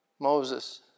Moses